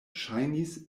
ŝajnis